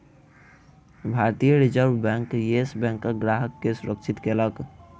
भारतीय reserve bank, yes बैंकक ग्राहक के सुरक्षित कयलक